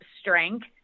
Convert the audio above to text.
strength